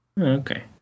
Okay